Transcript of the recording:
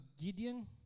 Gideon